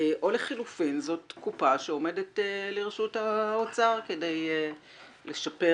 או שלחלופין זאת קופה שעומדת לרשות האוצר כדי לשפר